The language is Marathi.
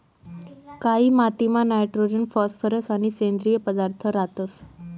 कायी मातीमा नायट्रोजन फॉस्फरस आणि सेंद्रिय पदार्थ रातंस